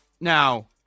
now